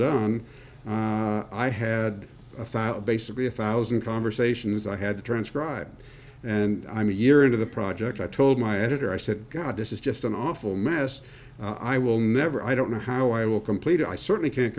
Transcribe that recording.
done i had a file basically a thousand conversations i had to transcribe and i'm a year into the project i told my editor i said god this is just an awful mess i will never i don't know how i will complete i certainly can't